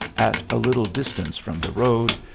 at a little distance from the road,